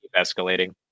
escalating